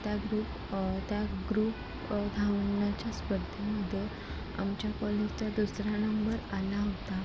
त्या ग्रुप त्या ग्रुप धावण्याच्या स्पर्देमध्ये आमच्या कॉलेजचा दुसरा नंबर आला होता